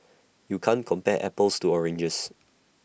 you can't compare apples to oranges